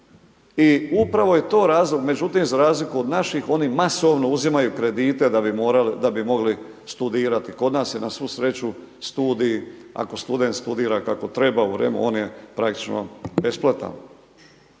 i upravo je to razlog, međutim za razliku od naših oni masovno uzimaju kredite da bi mogli studirati, kod nas je na svu sreću studij ako student studira kako treba on je praktično besplatan.